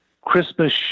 Christmas